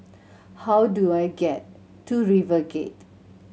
how do I get to RiverGate